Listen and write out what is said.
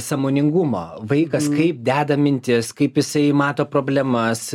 sąmoningumo vaikas kaip deda mintis kaip jisai mato problemas